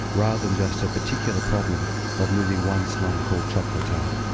rather than just a particular problem of moving one slum called chocolatao.